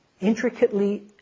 intricately